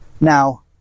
Now